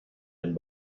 had